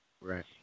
Right